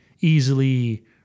easily